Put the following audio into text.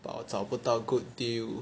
but 我找不到 good deal